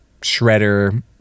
shredder